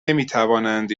نمیتوانند